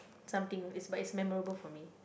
some thing but it's memorable for me